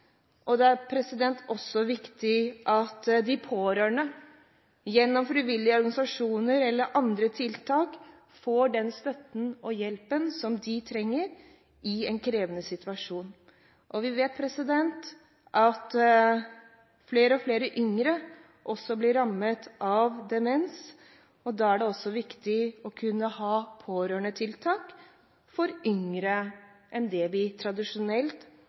Det er også viktig at de pårørende gjennom frivillige organisasjoner eller andre tiltak får den støtten og den hjelpen som de trenger i en krevende situasjon. Og vi vet at flere og flere yngre også blir rammet av demens. Da er det viktig å kunne ha pårørendetiltak for yngre enn dem vi tradisjonelt